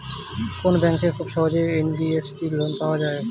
কোন ব্যাংক থেকে খুব সহজেই এন.বি.এফ.সি লোন পাওয়া যায়?